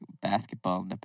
basketball